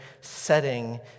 setting